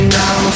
now